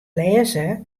lêze